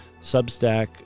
Substack